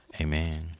Amen